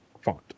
font